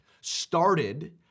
started